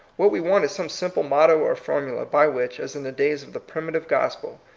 what we want is some simple motto or formula by which, as in the days of the primitive gospel,